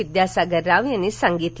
विद्यासागर राव यांनी सांगितलं